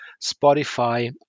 Spotify